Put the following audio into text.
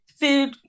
food